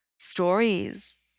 stories